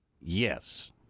Yes